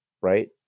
right